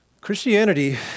Christianity